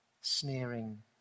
sneering